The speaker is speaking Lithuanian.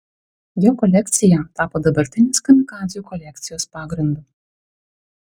jo kolekcija tapo dabartinės kamikadzių kolekcijos pagrindu